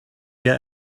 get